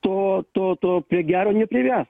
to to to prie gero neprives